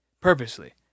Purposely